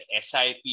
SIP